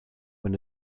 when